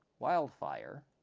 wildfire